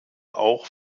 auch